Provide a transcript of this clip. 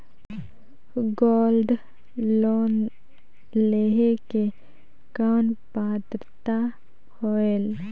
Gold loan लेहे के कौन पात्रता होएल?